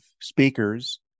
speakers